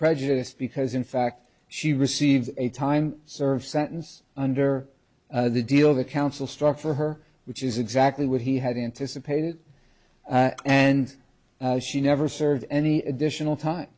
prejudiced because in fact she received a time served sentence under the deal the counsel struck for her which is exactly what he had anticipated and she never served any additional time